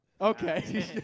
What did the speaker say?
Okay